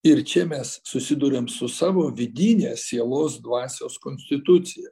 ir čia mes susiduriam su savo vidine sielos dvasios konstitucija